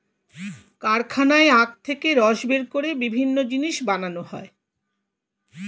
কারখানায় আখ থেকে রস বের করে বিভিন্ন জিনিস বানানো হয়